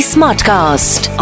Smartcast